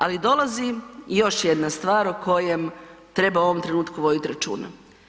Ali dolazim i još jedna stvar o kojem treba u ovom trenutku voditi računa.